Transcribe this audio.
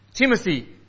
Timothy